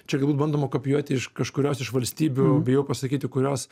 čia galbūt bandoma kopijuoti iš kažkurios iš valstybių bijau pasakyti kurios